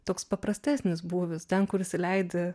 toks paprastesnis būvis ten kur įsileidi